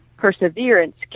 perseverance